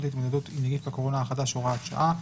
להתמודדות עם נגיף הקורונה החדש (הוראת שעה),